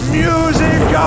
music